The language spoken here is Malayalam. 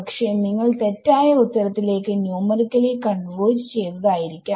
പക്ഷെ നിങ്ങൾ തെറ്റായ ഉത്തരത്തിലേക്ക് ന്യൂമറിക്കലി കൺവേർജ് ചെയ്തതായിരിക്കാം